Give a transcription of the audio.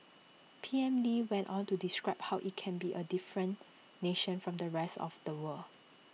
P M lee went on to describe how IT can be A different nation from the rest of the world